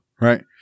Right